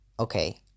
Okay